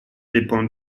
dépend